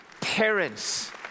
Parents